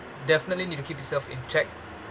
definitely need to keep yourself in check